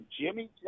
Jimmy